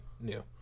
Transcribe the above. new